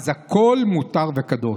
הכול מותר וקדוש.